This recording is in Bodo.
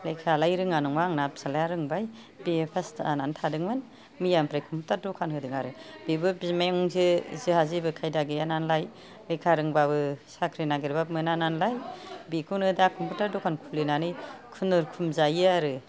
लेखायालाय रोङा नङा आंना फिसालाया रोंबाय बि ए पास जानानै थादोंमोन मैयानिफ्राय कम्पिउटार दखान होदों आरो बेबो बिमायंनिसो जोंहा जेबो खायदा गैया नालाय लेखा रोंबाबो साख्रि नागिरबाबो मोना नालाय बिखौनो दा कम्पिउटार दखान खुलिनानै खुनुरुखुम जायो आरो